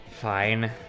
Fine